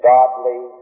Godly